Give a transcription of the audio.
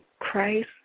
Christ